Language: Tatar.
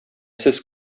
сез